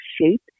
shape